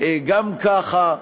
גם ככה.